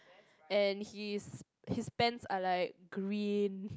and he is his pants are like green